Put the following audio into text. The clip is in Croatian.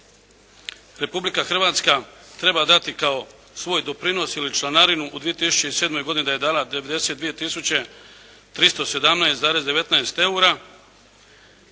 Republika Hrvatska treba dati kao svoj doprinos ili članarinu u 2007. godini da je dala 92 tisuće 317,19 eura